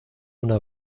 una